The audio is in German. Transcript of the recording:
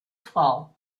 frau